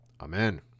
Amen